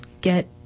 Get